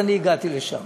אז אני הגעתי לשם.